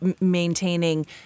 maintaining